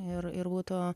ir ir būtų